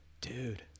dude